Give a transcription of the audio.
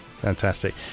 fantastic